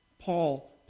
Paul